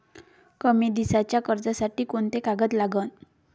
कमी दिसाच्या कर्जासाठी कोंते कागद लागन?